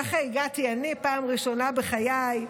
ככה הגעתי אני, פעם ראשונה בחיי,